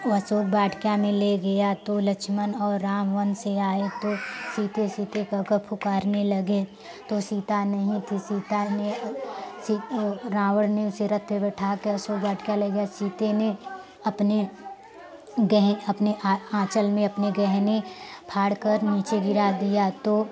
अशोक वाटिका में ले गया तो लक्ष्मण और राम वन से आए तो सीते सीते कह कहकर पुकारने लगे तो सीता नहीं थी सीता ने सी रावण ने उसे रथ पर बैठाकर अशोक वाटिका ले गया सीते ने अपने गहें अपने आँचल में अपने गहने फाड़कर नीचे गिरा दिया तो